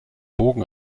bogen